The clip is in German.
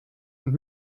und